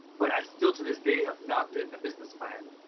but i still to this day have not written a business plan.